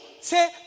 say